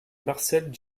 marcel